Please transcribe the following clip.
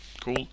cool